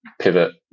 pivot